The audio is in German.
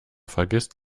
vergisst